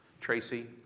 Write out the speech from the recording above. Tracy